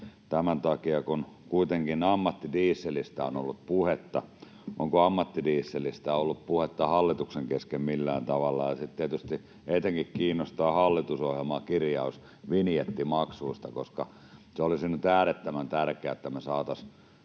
tämän takia, kun kuitenkin ammattidieselistä on ollut puhetta. Onko ammattidieselistä ollut puhetta hallituksen kesken millään tavalla? Ja sitten tietysti etenkin kiinnostaa hallitusohjelman kirjaus vinjettimaksuista, koska se olisi nyt äärettömän tärkeää, että me saataisiin